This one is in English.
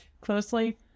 closely